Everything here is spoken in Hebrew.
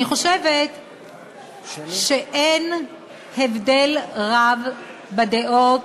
אני חושבת שאין הבדל רב בדעות